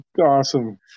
awesome